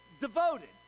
devoted